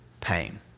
pain